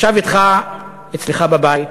ישב אתך אצלך בבית,